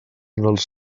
dels